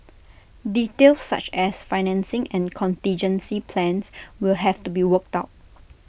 details such as financing and contingency plans will have to be worked out